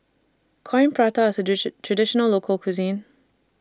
Coin Prata IS A Traditional Local Cuisine